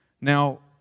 Now